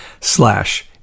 slash